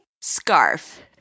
scarf